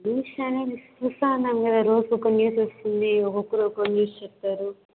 news channel చూస్తన్నాం కదా రోజుకొక న్యూస్ వస్తుంది ఒకొక్కరు ఒక్కో న్యూస్ చెప్తారు